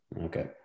Okay